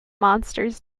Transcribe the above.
monsters